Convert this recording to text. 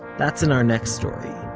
that's in our next story.